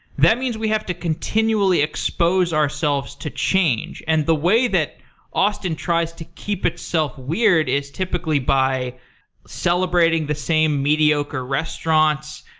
that means we have to continually expose ourselves to change. and the way that austin tries to keep itself weird is typically by celebrating the same mediocre restaurants,